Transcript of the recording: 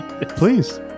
Please